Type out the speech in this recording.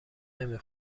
نمی